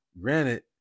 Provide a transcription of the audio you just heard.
Granted